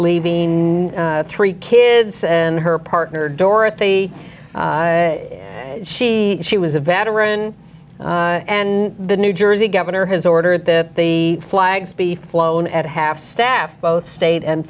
leaving three kids and her partner dorothy she she was a veteran and the new jersey governor has ordered that the flags be flown at half staff both state and